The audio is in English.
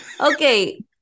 Okay